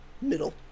middle